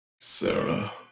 Sarah